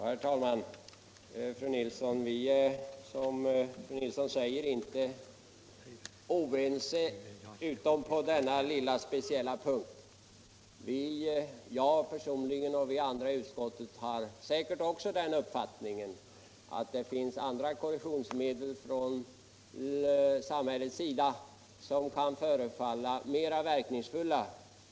Herr talman! Vi är, som fru Nilsson i Sunne säger, inte oense utom på denna speciella punkt. Personligen har jag den uppfattningen — och jag tror att övriga utskottsledamöter delar den — att samhället kan tillgripa andra korrektionsmedel som kan vara mera verkningsfulla.